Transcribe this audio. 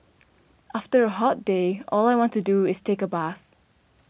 after a hot day all I want to do is take a bath